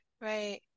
right